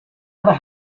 other